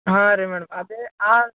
ಹಾಂ ರೀ ಮೇಡಮ್ ಅದೇ ಆ